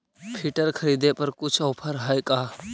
Filter खरिदे पर कुछ औफर है का?